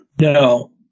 No